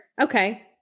Okay